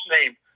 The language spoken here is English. name